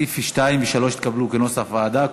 סעיפים 2 ו-3 התקבלו כנוסח הוועדה.